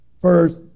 first